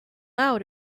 out